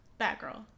Batgirl